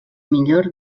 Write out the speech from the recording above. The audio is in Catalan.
millor